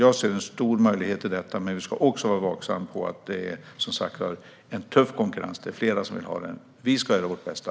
Jag ser en stor möjlighet till detta, men vi ska vara medvetna om att det som sagt är en tuff konkurrens, för det är fler som vill ha myndigheten. Vi ska göra vårt bästa.